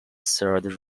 third